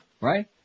Right